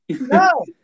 No